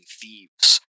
thieves